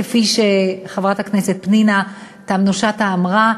כפי שחברת הכנסת פנינה תמנו-שטה אמרה,